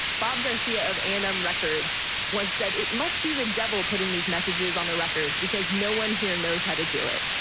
bob garcia of a and m records once said, it must be the devil putting these messages on the records because no one here knows how to do it.